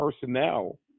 personnel